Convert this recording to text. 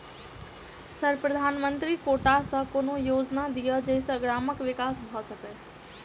Sir प्रधानमंत्री quota सऽ कोनो योजना दिय जै सऽ ग्रामक विकास भऽ सकै?